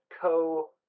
co